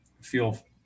feel